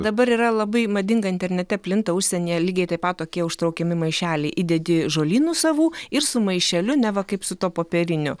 dabar yra labai madinga internete plinta užsienyje lygiai taip pat tokie užtraukiami maišeliai įdedi žolynų savų ir su maišeliu neva kaip su tuo popieriniu